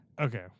okay